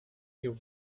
your